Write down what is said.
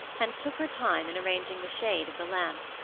and took her time in arranging the shade of the lamp.